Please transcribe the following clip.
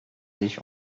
sich